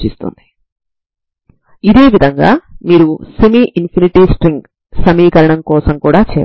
తీసుకోవచ్చు అంటే ఈ విధంగా మీరు నియమాలను తయారు చేయవచ్చు